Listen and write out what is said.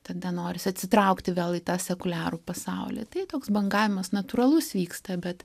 tada norisi atsitraukti vėl į tą sekuliarų pasaulį tai toks bangavimas natūralus vyksta bet